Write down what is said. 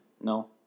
No